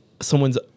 someone's